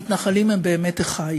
המתנחלים הם באמת אחי,